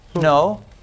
No